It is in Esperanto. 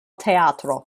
teatro